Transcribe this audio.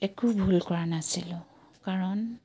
একো ভুল কৰা নাছিলোঁ কাৰণ